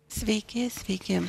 sveiki sveiki